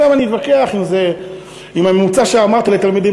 עכשיו אני אתווכח אם הממוצע שאמרתי על תלמידים